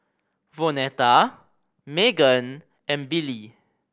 Vonetta Meghan and Billie